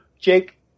Jake